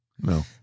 no